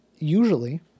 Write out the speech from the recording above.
Usually